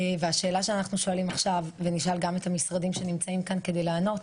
והשאלה שאנחנו שואלים עכשיו ונשאל גם את המשרדים שנמצאים כאן כדי לענות,